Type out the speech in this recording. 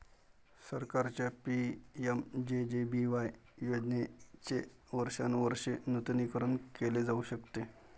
सरकारच्या पि.एम.जे.जे.बी.वाय योजनेचे वर्षानुवर्षे नूतनीकरण केले जाऊ शकते